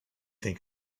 think